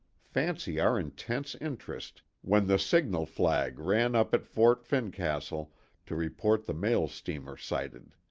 fancy our intense interest when the signal-flag ran up at fort fincastle to report the mail steamer sighted.